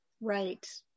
Right